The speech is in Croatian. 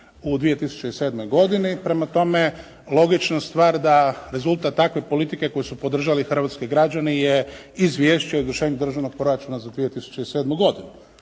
u 2007. godini. Prema tome logična stvar da rezultat takve politike koju su podržali hrvatski građani je Izvješće o izvršenju državnog proračuna za 2007. godinu.